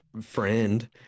friend